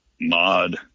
mod